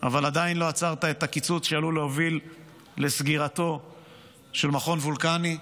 אבל עדיין לא עצרת את הקיצוץ שעלול להוביל לסגירתו של מכון וולקני.